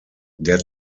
der